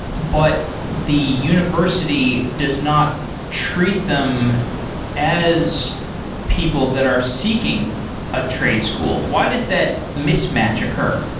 but the university does not treat them as people that are seeking a trade school. why does that mismatch occur?